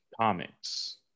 comics